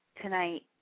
tonight